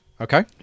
Okay